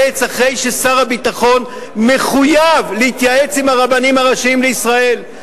אחרי ששר הביטחון מחויב להתייעץ עם הרבנים הראשיים לישראל.